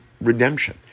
redemption